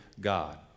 God